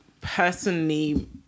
personally